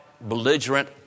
belligerent